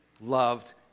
loved